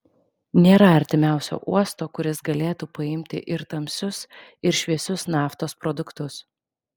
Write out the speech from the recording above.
nėra artimiausio uosto kuris galėtų paimti ir tamsius ir šviesius naftos produktus